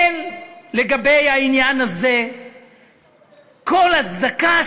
אין לעניין הזה כל הצדקה,